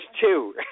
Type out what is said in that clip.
two